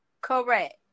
Correct